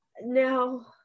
Now